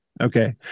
Okay